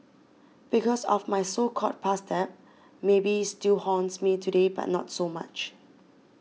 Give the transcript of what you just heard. because of my so called past debt maybe still haunts me today but not so much